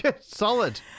Solid